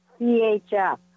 CHF